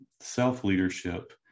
self-leadership